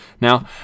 Now